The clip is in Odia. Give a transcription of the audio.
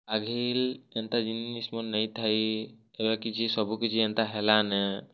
ଆଘେ ଏନ୍ତା ଜିନିଷ୍ମାନେ ନାଇଁଥାଇ ଏବେ କିଛି ସବୁକିଛି ଏନ୍ତା ହେଲାନେ